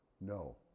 No